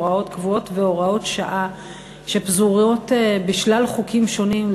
הוראות קבועות והוראות שעה שפזורות בשלל חוקים שונים,